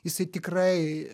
jisai tikrai